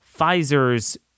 Pfizer's